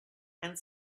and